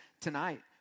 tonight